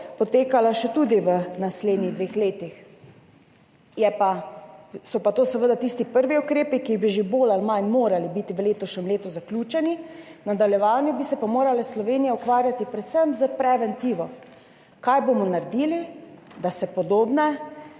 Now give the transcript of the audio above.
potekala še tudi v naslednjih dveh letih. So pa to seveda tisti prvi ukrepi, ki bi že bolj ali manj morali biti v letošnjem letu zaključeni, v nadaljevanju bi se pa morala Slovenija ukvarjati predvsem s preventivo, kaj bomo naredili, da se podobne